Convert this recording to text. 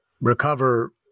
recover